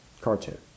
Cartoon